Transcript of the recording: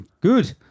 good